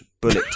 bullet